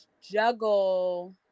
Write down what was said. juggle